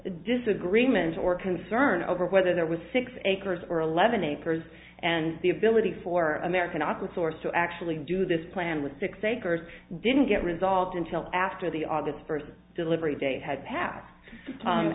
disagreement or concern over whether there was six acres or eleven a person and the ability for america not with source to actually do this plan with six acres didn't get resolved until after the aug first delivery date had passed